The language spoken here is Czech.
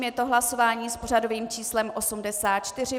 Je to hlasování s pořadovým číslem 84.